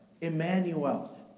Emmanuel